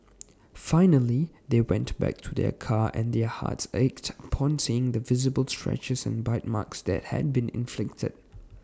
finally they went back to their car and their hearts ached upon seeing the visible scratches and bite marks that had been inflicted